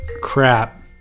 Crap